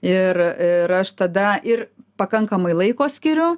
ir ir aš tada ir pakankamai laiko skiriu